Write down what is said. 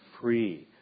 free